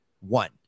One